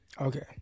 Okay